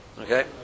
Okay